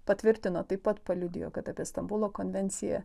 patvirtino taip pat paliudijo kad apie stambulo konvenciją